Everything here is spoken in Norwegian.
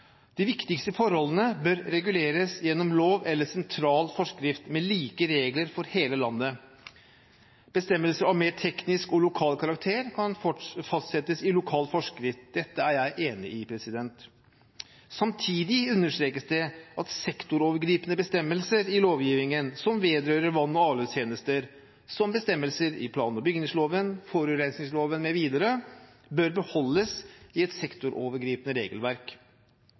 De viktigste forholdene bør reguleres gjennom lov eller sentral forskrift, med like regler for hele landet. Bestemmelser av mer teknisk og lokal karakter kan fastsettes i lokal forskrift. Dette er jeg enig i. Samtidig understrekes det at sektorovergripende bestemmelser i lovgivningen som vedrører vann- og avløpstjenester, som bestemmelser i plan- og bygningsloven, forurensingsloven mv., bør beholdes i et sektorovergripende regelverk.